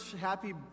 Happy